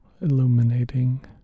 illuminating